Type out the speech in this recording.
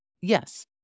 Yes